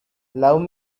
love